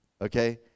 okay